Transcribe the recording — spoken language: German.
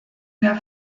mehr